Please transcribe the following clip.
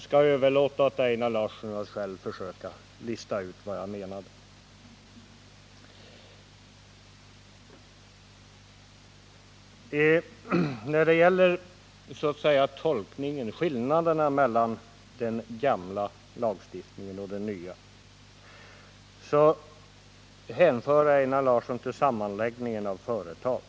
Jag överlåter åt Einar Larsson att själv försöka lista ut vad jag menade. När det gäller skillnaden mellan den gamla och den nya lagstiftningen hänvisar Einar Larsson till sammanläggningen av företag.